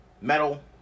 metal